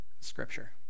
Scripture